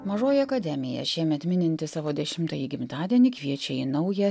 mažoji akademija šiemet mininti savo dešimtąjį gimtadienį kviečia į naują